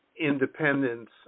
independence